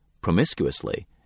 promiscuously